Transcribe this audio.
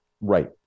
Right